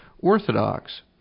Orthodox